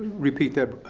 repeat that.